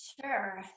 sure